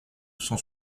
cent